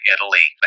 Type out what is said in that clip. Italy